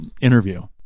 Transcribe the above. interview